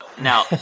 Now